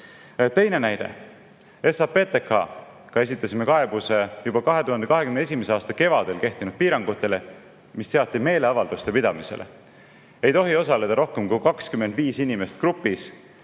näide. SAPTK‑iga esitasime kaebuse juba 2021. aasta kevadel kehtinud piirangutele, mis seati meeleavalduste pidamisele. Ei tohi osaleda rohkem kui 25 inimest grupis